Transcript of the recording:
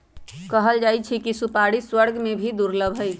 कहल जाहई कि सुपारी स्वर्ग में भी दुर्लभ हई